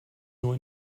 nur